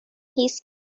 his